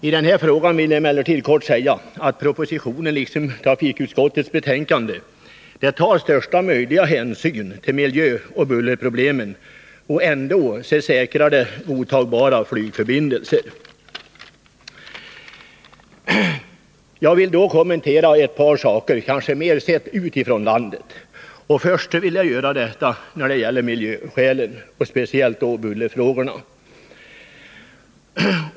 I den här frågan vill jag emellertid kort säga att i propositionen, liksom i trafikutskottets betänkande, tas största möjliga hänsyn till miljöoch bullerproblemen men ändå säkras godtagbara flygförbindelser. Jag vill kommentera ett par saker — kanske mer sedda utifrån landet. Jag vill först göra detta när det gäller miljöskälen, speciellt då bullerfrågorna.